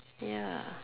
ya